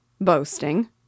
Boasting